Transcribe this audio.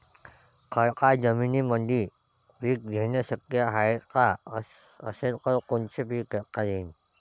खडकाळ जमीनीमंदी पिके घेणे शक्य हाये का? असेल तर कोनचे पीक घेता येईन?